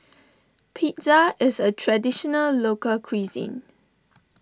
Pizza is a Traditional Local Cuisine